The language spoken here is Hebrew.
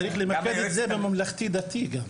צריך למקד את זה בממלכתי-דתי גם.